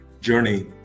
journey